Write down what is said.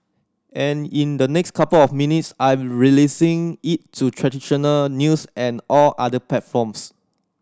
and in the next couple of minutes I'm releasing it to traditional news and all other platforms